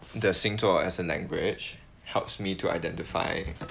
the 星座 as a language helps me to identify